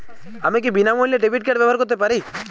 আমি কি বিনামূল্যে ডেবিট কার্ড ব্যাবহার করতে পারি?